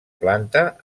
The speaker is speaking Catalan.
planta